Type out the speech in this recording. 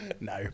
No